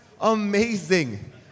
amazing